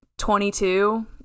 22